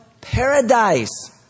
Paradise